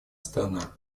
страна